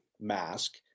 mask